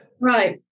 Right